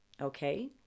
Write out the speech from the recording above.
Okay